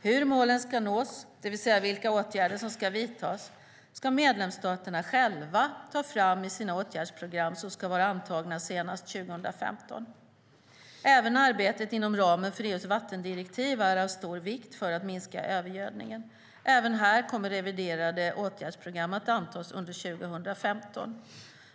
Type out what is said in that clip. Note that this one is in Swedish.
Hur målen ska nås, det vill säga vilka åtgärder som ska vidtas, ska medlemsstaterna själva ta fram i sina åtgärdsprogram som ska vara antagna senast 2015. Även arbetet inom ramen för EU:s vattendirektiv är av stor vikt för att minska övergödningen. Också här kommer reviderade åtgärdsprogram att antas under 2015.